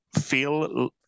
feel